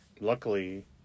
luckily